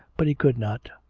but he could not.